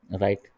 right